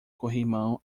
corrimão